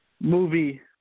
movie